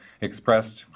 expressed